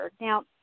now